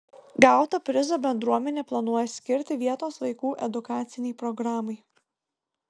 gautą prizą bendruomenė planuoja skirti vietos vaikų edukacinei programai